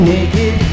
Naked